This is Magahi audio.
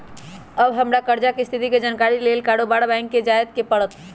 अब हमरा कर्जा के स्थिति के जानकारी लेल बारोबारे बैंक न जाय के परत्